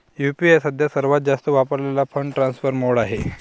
UPI सध्या सर्वात जास्त वापरलेला फंड ट्रान्सफर मोड आहे